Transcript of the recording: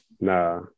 Nah